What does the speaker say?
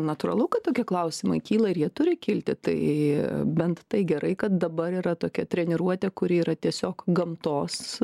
natūralu kad tokie klausimai kyla ir jie turi kilti tai bent tai gerai kad dabar yra tokia treniruotė kuri yra tiesiog gamtos